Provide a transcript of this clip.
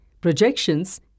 projections